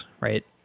right